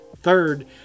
Third